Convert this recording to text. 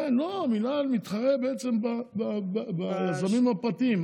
כן, לא, המינהל מתחרה בעצם באזורים הפרטיים.